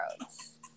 roads